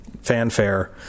fanfare